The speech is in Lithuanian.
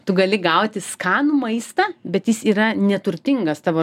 tu gali gauti skanų maistą bet jis yra neturtingas tavo